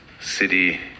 City